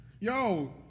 yo